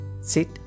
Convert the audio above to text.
Sit